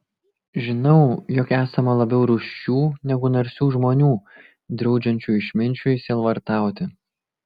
žinau jog esama labiau rūsčių negu narsių žmonių draudžiančių išminčiui sielvartauti